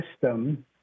system